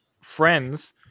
friends